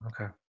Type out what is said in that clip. Okay